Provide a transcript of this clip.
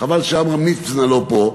חבל שעמרם מצנע לא פה,